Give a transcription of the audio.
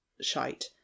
shite